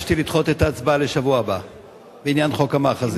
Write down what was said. ביקשתי לדחות את ההצבעה בעניין חוק המאחזים לשבוע הבא.